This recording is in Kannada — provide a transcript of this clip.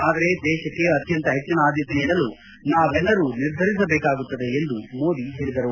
ಆದರೆ ದೇಶಕ್ಕೆ ಅತ್ಯಂತ ಹೆಚ್ಚಿನ ಆದ್ಯತೆ ನೀಡಲು ನಾವೆಲ್ಲರೂ ನಿರ್ಧರಿಸಬೇಕಾಗುತ್ತದೆ ಎಂದು ಮೋದಿ ಹೇಳಿದರು